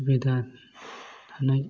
सुबिदा थानाय